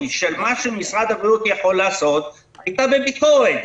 של מה שמשרד הבריאות יכול לעשות הייתה בביקורת,